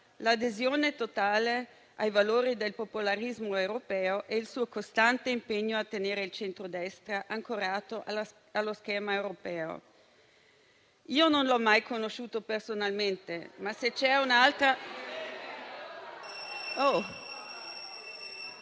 l'adesione totale ai valori del popolarismo europeo e il suo costante impegno a tenere il centrodestra ancorato allo schema europeo. Io non l'ho mai conosciuto personalmente *(Commenti)*. Ma,